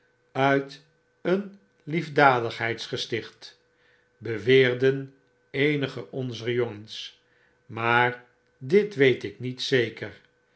uit een liefdadigheidsgesticht beweerden eenige onzer jongens maar dit weet ik niet zeker